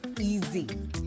easy